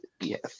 Yes